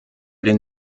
den